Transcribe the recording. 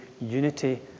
unity